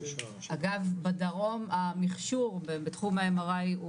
אגב בדרום המכשור בתחום ה-M.R.I.